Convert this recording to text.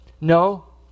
No